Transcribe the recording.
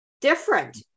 different